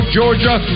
Georgia